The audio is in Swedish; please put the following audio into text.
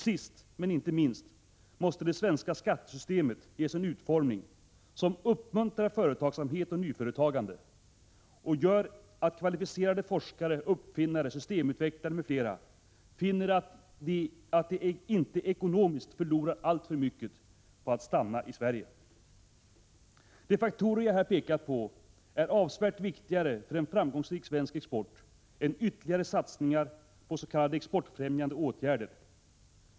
Sist, men inte minst, måste det svenska skattesystemet ges en utformning som uppmuntrar företagsamhet och nyföretagande och gör att kvalificerade forskare, uppfinnare, systemutvecklare m.fl. finner att de inte ekonomiskt förlorar alltför mycket på att stanna i Sverige. De faktorer som jag här pekat på är avsevärt viktigare för en framgångsrik svensk export än ytterligare satsningar på s.k. exportfrämjande åtgärder.